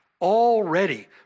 already